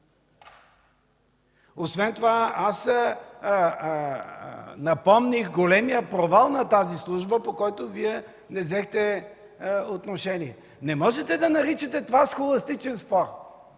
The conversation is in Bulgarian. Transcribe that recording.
Освен това напомних големия провал на тази служба, по който Вие не взехте отношение. Не можете да наричате това схоластичен спор.